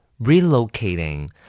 Relocating